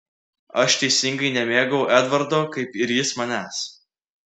aš teisingai nemėgau edvardo kaip ir jis manęs